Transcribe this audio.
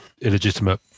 illegitimate